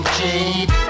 Cheap